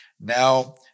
Now